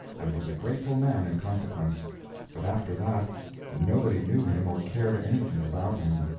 and was a grateful man in consequence but after that nobody knew him or cared anything about him.